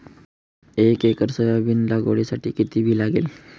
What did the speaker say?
एक acre soybean लागवडीसाठी किती बी लागेल?